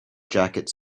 jacket